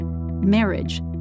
Marriage